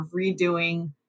redoing